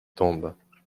tombes